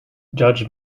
judge